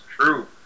true